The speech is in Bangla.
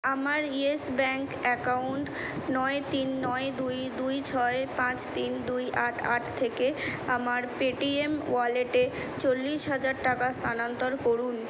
আমার ইয়েস ব্যাঙ্ক অ্যাকাউন্ট নয় তিন নয় দুই দুই ছয় পাঁচ তিন দুই আট আট থেকে আমার পেটিএম ওয়ালেটে চল্লিশ হাজার টাকা স্থানান্তর করুন